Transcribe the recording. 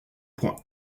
point